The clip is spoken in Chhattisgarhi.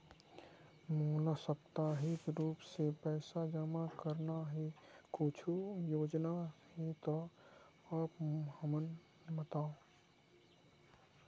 मोला साप्ताहिक रूप से पैसा जमा करना हे, कुछू योजना हे त आप हमन बताव?